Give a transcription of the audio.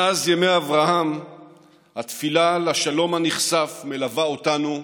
מאז ימי אברהם התפילה לשלום הנכסף מלווה אותנו,